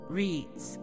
reads